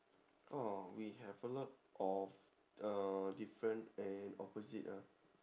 orh we have a lot of uh different and opposite ah